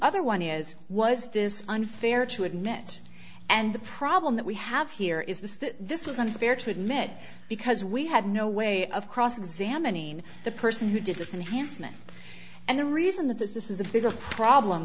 other one is was this unfair to admit and the problem that we have here is this that this was unfair to admit because we had no way of cross examining the person who did this and hansen and the reason that this is a bigger problem